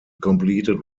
completed